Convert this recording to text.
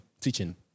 teaching